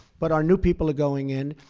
but our new people are going in.